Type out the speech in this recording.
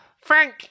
Frank